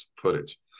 footage